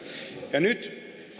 ja nyt